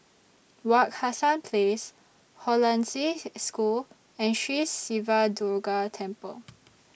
Wak Hassan Place Hollandse School and Sri Siva Durga Temple